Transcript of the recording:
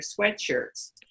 sweatshirts